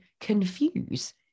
confuse